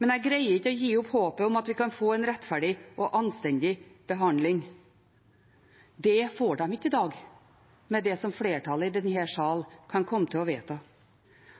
men jeg greier ikke å gi opp håpet om at vi kan få en rettferdig og anstendig behandling. Det får de ikke i dag med det som flertallet i denne salen kan komme til å vedta.